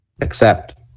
Accept